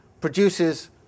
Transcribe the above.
produces